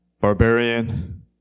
barbarian